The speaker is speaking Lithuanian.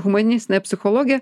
humanistinę psichologiją